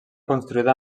construïda